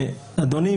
אדוני,